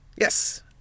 Yes